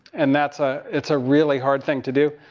and that's a, it's a really hard thing to do,